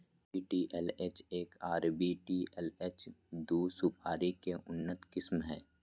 VTLH एक आर VTLH दू सुपारी के उन्नत किस्म हय